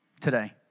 today